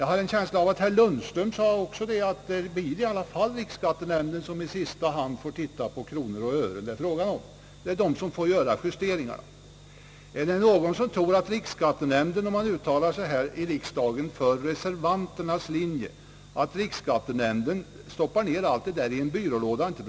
Herr Lundström medgav, hade jag en känsla av, att riksskattenämnden i alla fall i sista hand måste titta på detta och göra justeringar i kronor och ören. Är det någon som tror att rikssskattenämnden stoppar ner ärendet i en byrålåda och inte bryr sig om det, om riksdagen i dag uttalar sig för reservanternas linje?